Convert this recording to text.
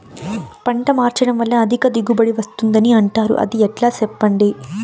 పంట మార్చడం వల్ల అధిక దిగుబడి వస్తుందని అంటారు అది ఎట్లా సెప్పండి